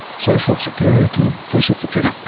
social security. social security.